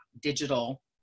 digital